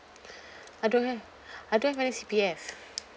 I don't have I don't have any C_P_F